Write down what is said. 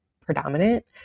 predominant